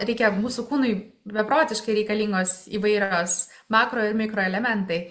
reikia mūsų kūnui beprotiškai reikalingos įvairios makro ir mikroelementai